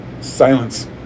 silence